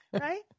Right